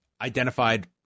identified